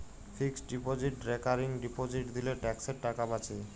fixed deposit recurring deposit দিলে ট্যাক্সের টাকা বাঁচে